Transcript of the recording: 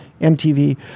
MTV